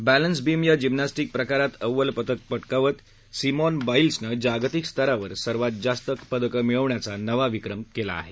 balance beam या gymnastic प्रकारात अव्वल पदक पटकावत सिमॉन बॉईल्सने जागतिक स्तरावर सर्वात जास्त पदकं मिळवण्याचा नवा विक्रम केला आहे